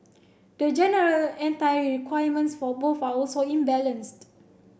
the general requirements for both are also imbalanced